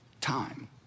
time